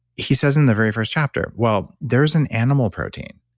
he says in the very first chapter. well, there's an animal protein